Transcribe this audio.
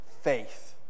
faith